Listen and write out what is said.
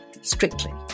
strictly